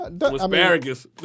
Asparagus